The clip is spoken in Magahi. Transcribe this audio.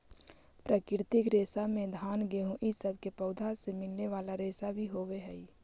प्राकृतिक रेशा में घान गेहूँ इ सब के पौधों से मिलने वाले रेशा भी होवेऽ हई